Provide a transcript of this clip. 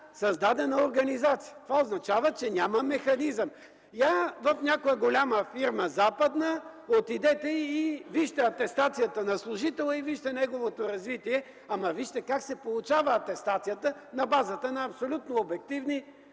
създадена организация. Това означава, че няма механизъм. Я отидете в някоя голяма западна фирма и вижте атестацията на служителя и вижте неговото развитие, ама вижте как се получава атестацията – на базата на абсолютно обективни